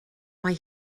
mae